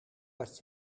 dat